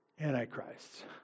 antichrists